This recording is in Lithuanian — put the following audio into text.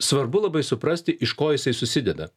svarbu labai suprasti iš ko jisai susideda